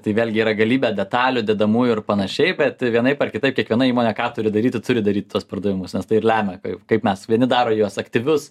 tai vėlgi yra galybė detalių dedamųjų ir panašiai bet vienaip ar kitaip kiekviena įmonė ką turi daryti turi daryt tuos pardavimus nes tai ir lemia kaip mes vieni daro juos aktyvius